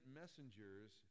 messengers